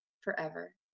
forever